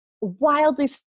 wildly